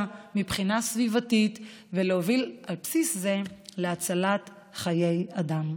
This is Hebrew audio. מבחינה סביבתית ולהוביל על בסיס זה להצלת חיי אדם.